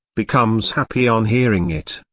becomes happy on hearing it,